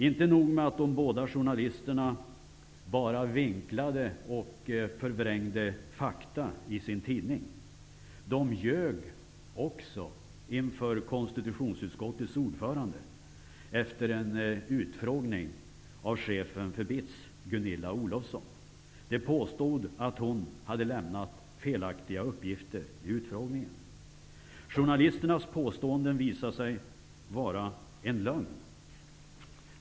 Inte nog med att de båda journalisterna bara vinklade och förvrängde fakta i sin tidning, de ljög också inför konstitutionsutskottets ordförande efter en utfrågning av chefen för BITS, Gunilla Olofsson. De påstod att hon hade lämnat felaktiga uppgifter i utfrågningen. Journalisternas påståenden visade sig vara en lögn.